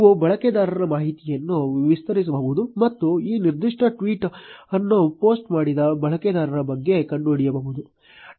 ನೀವು ಬಳಕೆದಾರರ ಮಾಹಿತಿಯನ್ನು ವಿಸ್ತರಿಸಬಹುದು ಮತ್ತು ಈ ನಿರ್ದಿಷ್ಟ ಟ್ವೀಟ್ ಅನ್ನು ಪೋಸ್ಟ್ ಮಾಡಿದ ಬಳಕೆದಾರರ ಬಗ್ಗೆ ಕಂಡುಹಿಡಿಯಬಹುದು